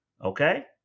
Okay